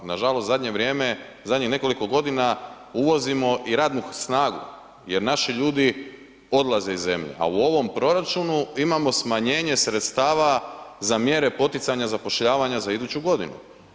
Nažalost u zadnje vrijeme, zadnjih nekoliko godina uvozimo i radnu snagu jer naši ljudi odlaze iz zemlje a u ovom proračunu imamo smanjenje sredstava za mjere poticanja zapošljavanja za iduću godinu.